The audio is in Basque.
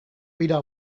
bira